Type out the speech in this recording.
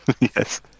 yes